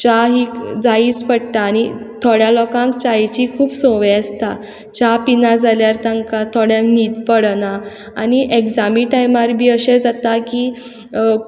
च्या ही जायीच पडटा आनी थोड्यां लोकांक च्यायेची खूब संवय आसता च्या पिना जाल्यार तांकां थोड्यांक न्हीद पडना आनी एक्जामी टायमार बी अशें जाता की